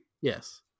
Yes